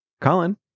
Colin